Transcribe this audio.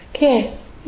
Yes